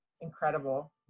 incredible